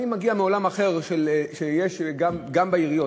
אני מגיע מעולם אחר שיש גם בעיריות,